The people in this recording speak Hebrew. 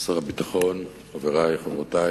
תודה רבה, שר הביטחון, חברי וחברותי,